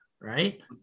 right